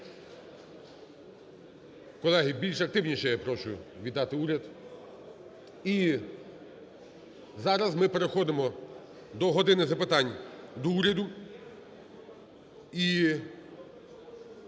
Колеги, більш активніше я прошу вітати уряд. І зараз ми переходимо до "години запитань до Уряду". І